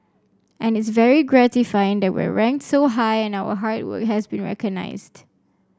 and it's very gratifying that we are ranked so high and our hard work has been recognised